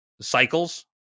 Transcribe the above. cycles